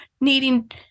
needing